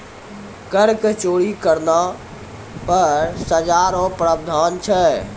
कर के चोरी करना पर सजा रो प्रावधान छै